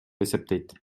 эсептейт